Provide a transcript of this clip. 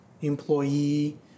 employee